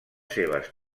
seves